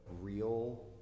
real